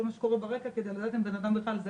מה שקורה ברקע כדי לדעת אם הבן אדם זכאי,